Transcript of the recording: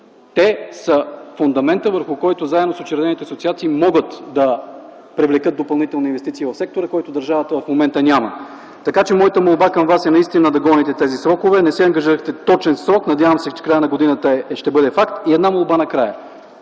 Те са фундаментът, върху който заедно с учредените асоциации могат да привлекат допълнителни инвестиции в сектора, които държавата в момента няма. Моята молба към Вас е наистина да гоните тези срокове. Не се ангажирахте с точен срок, надявам се, че краят на годината ще бъде факт. Накрая една молба.